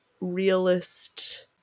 realist